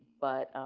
but,